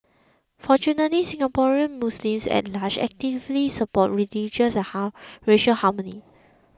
fortunately Singaporean Muslims at large actively support religious and ha racial harmony